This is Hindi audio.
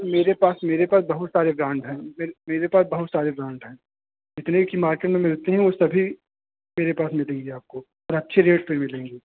मेरे पास मेरे पास बहुत सारे ब्राण्ड हैं मेरे पास बहुत सारे ब्राण्ड हैं जितने कि मार्केट में मिलते हैं वो सभी मेरे पास मिलेंगी आपको और अच्छे रेट पर मिलेंगी